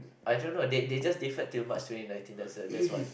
I don't know they they just deferred till March twenty nineteen that's a that's one